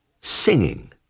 Singing